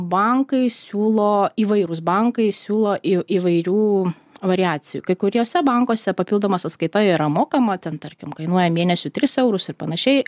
bankai siūlo įvairūs bankai siūlo įvairių variacijų kai kuriuose bankuose papildoma sąskaita yra mokama ten tarkim kainuoja mėnesiui tris eurus ir panašiai